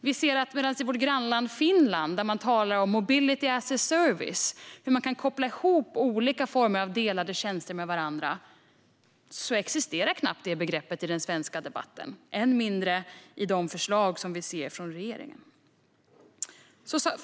Vi ser att medan man i vårt grannland Finland talar om mobility as a service, alltså hur man koppla ihop olika former av delade tjänster med varandra, existerar knappt det begreppet i den svenska debatten, än mindre i förslagen från regeringen. Fru talman!